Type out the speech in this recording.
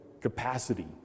capacity